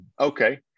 okay